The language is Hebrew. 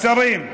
השרים.